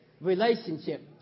relationship